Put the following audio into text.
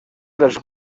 dels